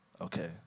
okay